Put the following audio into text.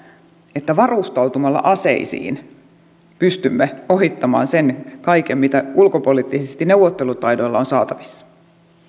että varustautumalla aseisiin pystymme ohittamaan sen kaiken mitä ulkopoliittisesti neuvottelutaidoilla on saatavissa